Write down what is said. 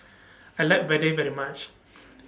I like Vadai very much